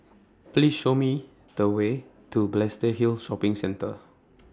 Please Show Me The Way to Balestier Hill Shopping Centre